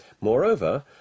Moreover